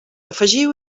afegiu